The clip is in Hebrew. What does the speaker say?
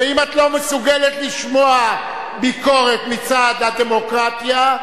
ואם את לא מסוגלת לשמוע ביקורת מצד הדמוקרטיה,